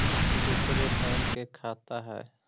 दुसरे बैंक के खाता हैं?